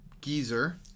geezer